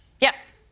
Yes